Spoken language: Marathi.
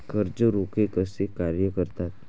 कर्ज रोखे कसे कार्य करतात?